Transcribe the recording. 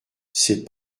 c’est